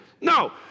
No